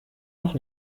noch